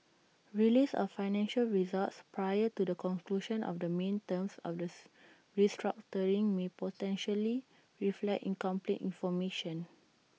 release of financial results prior to the conclusion of the main terms August restructuring may potentially reflect incomplete information